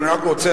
אני רק רוצה,